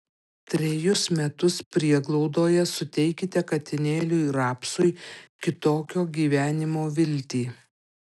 trejus metus prieglaudoje suteikite katinėliui rapsui kitokio gyvenimo viltį